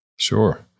Sure